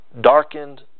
darkened